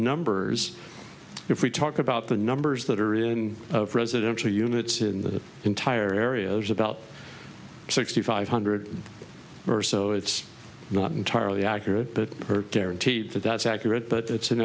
numbers if we talk about the numbers that are in residential units in the entire areas about sixty five hundred or so it's not entirely accurate guaranteed that that's accurate but that's an